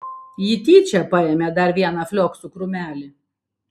ji tyčia paėmė dar vieną flioksų krūmelį